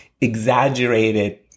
exaggerated